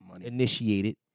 initiated